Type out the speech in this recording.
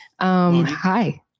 hi